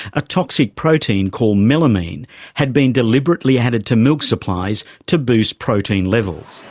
a toxic protein called melamine had been deliberately added to milk supplies to boost protein levels.